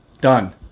Done